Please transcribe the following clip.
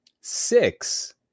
six